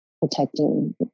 protecting